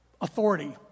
authority